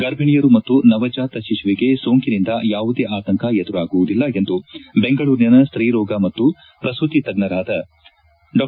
ಗರ್ಭಿಣಿಯರು ಮತ್ತು ನವಜಾತ ಶಿಶುವಿಗೆ ಸೋಂಕಿನಿಂದ ಯಾವುದೇ ಆತಂಕ ಎದುರಾಗುವುದಿಲ್ಲ ಎಂದು ಬೆಂಗಳೂರಿನ ಸ್ತೀರೋಗ ಮತ್ತು ಪ್ರಸೂತಿ ತಜ್ಞರಾದ ಡಾ